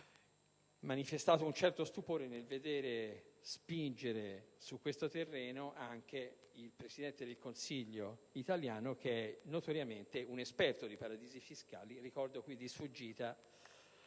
manifestato un certo stupore nel veder spingere su questo terreno anche il Presidente del Consiglio italiano, che è notoriamente un esperto di paradisi fiscali. *(Applausi del senatore